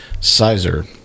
Sizer